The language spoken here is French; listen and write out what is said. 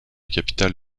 capitale